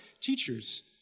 teachers